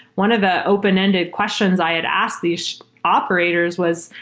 one of the open-ended questions i had asked these operators was,